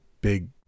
big